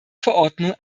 verordnung